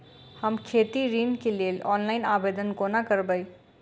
हम खेती ऋण केँ लेल ऑनलाइन आवेदन कोना करबै?